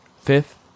Fifth